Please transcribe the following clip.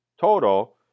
total